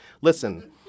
Listen